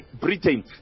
Britain